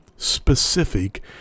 specific